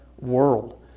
world